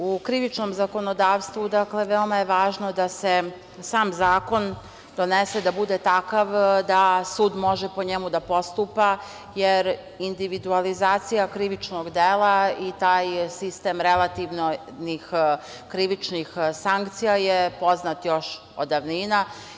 U krivičnom zakonodavstvu, dakle, veoma je važno da se sam zakon donese da bude takav da sud može po njemu da postupa, jer individualizacija krivičnog dela i taj sistem relativnih krivičnih sankcija je poznat još od davnina.